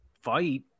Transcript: fight